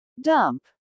dump